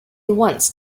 once